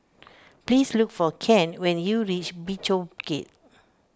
please look for Kent when you reach Bishopsgate